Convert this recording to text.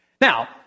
Now